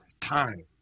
time